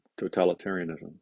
totalitarianism